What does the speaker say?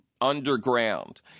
underground